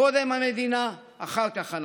קודם המדינה, אחר כך אנחנו.